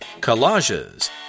Collages